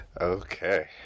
Okay